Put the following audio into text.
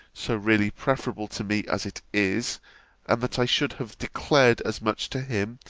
so really preferable to me as it is and that i should have declared as much to him,